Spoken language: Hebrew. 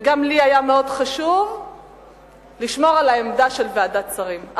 וגם לי היה מאוד חשוב לשמור על העמדה של ועדת שרים,